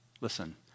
Listen